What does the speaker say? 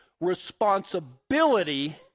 responsibility